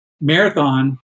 marathon